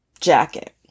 jacket